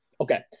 Okay